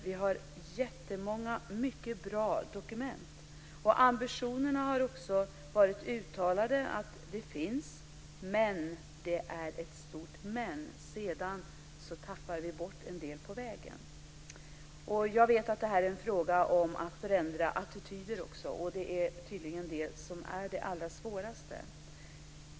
Vi har jättemånga, mycket bra dokument. Ambitionerna har också varit uttalade. De finns men - och det är ett stort men - sedan tappar vi bort en del på vägen. Jag vet att det här också är fråga om att ändra attityder, och det är tydligen det som är det allra svåraste.